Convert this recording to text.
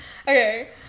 Okay